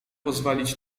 pozwolić